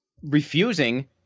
refusing